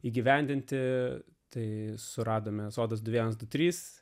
įgyvendinti tai suradome sodas du vienas trys